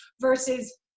Versus